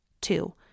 Two